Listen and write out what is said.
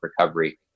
recovery